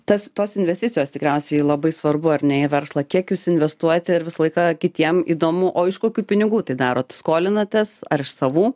tas tos investicijos tikriausiai labai svarbu ar ne į verslą kiek jūs investuojate ir visą laiką kitiem įdomu o iš kokių pinigų tai darot skolinatės ar iš savų